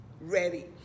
ready